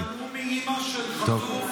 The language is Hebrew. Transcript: שמנעו מאימא של חטוף,